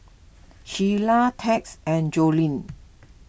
Shiela Tex and Joleen